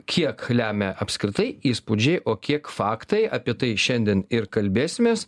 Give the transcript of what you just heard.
kiek lemia apskritai įspūdžiai o kiek faktai apie tai šiandien ir kalbėsimės